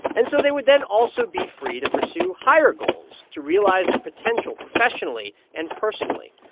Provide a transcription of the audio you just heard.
and so they would then also be free to pursue higher goals, to realize their potential professionally and personally.